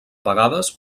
vegades